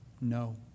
no